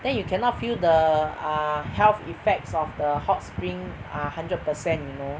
then you cannot feel the ah health effects of the hot spring a hundred percent you know